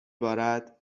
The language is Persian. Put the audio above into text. بارد